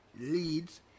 leads